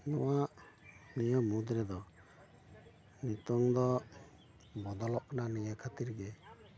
ᱱᱚᱶᱟ ᱱᱤᱭᱟᱹ ᱢᱩᱫ ᱨᱮᱫᱚ ᱱᱤᱛᱚᱝ ᱫᱚ ᱵᱚᱫᱚᱞᱚᱜ ᱠᱟᱱᱟ ᱱᱤᱭᱟᱹ ᱠᱷᱟᱹᱛᱤᱨ ᱜᱮ